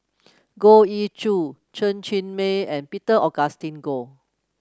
Goh Ee Choo Chen Cheng Mei and Peter Augustine Goh